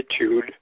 attitude